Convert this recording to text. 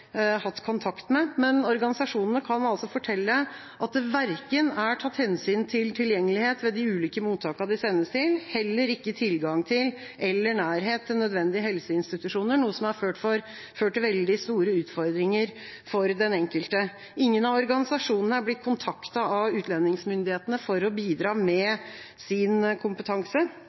hatt kontakt med. Organisasjonene kan fortelle at det ikke er tatt hensyn til tilgjengelighet ved de ulike mottakene de sendes til, og det er heller ikke tilgang til eller nærhet til nødvendige helseinstitusjoner, noe som har ført til veldig store utfordringer for den enkelte. Ingen av organisasjonene er blitt kontaktet av utlendingsmyndighetene for å bidra med sin kompetanse.